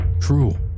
True